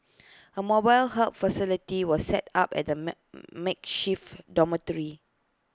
A mobile help facility was set up at the makeshift dormitory